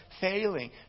failing